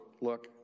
look